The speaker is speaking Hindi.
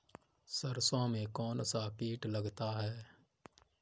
सरसों में कौनसा कीट लगता है?